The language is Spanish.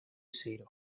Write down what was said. zero